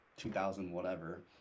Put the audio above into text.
2000-whatever